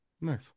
Nice